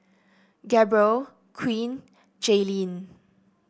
Gabrielle Queen Jayleen